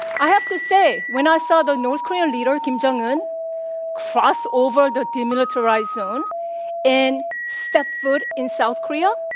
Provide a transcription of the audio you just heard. i have to say, when i saw the north korean leader, kim jong un, actually cross over the demilitarized zone and step foot in south korea,